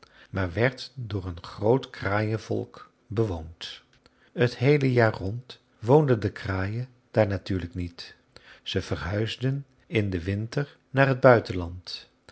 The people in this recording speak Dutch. maar werd door een groot kraaienvolk bewoond het heele jaar rond woonden de kraaien daar natuurlijk niet ze verhuisden in den winter naar het buitenland